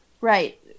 Right